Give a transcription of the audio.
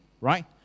right